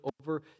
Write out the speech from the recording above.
over